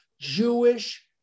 Jewish